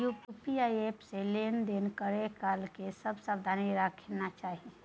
UPI app से लेन देन करै काल की सब सावधानी राखना चाही?